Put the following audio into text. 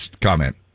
comment